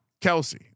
Kelsey